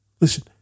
Listen